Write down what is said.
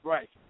Right